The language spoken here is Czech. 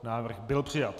Návrh byl přijat.